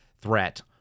threat